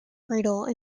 cradle